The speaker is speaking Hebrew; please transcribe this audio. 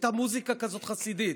הייתה מוזיקה כזאת חסידית.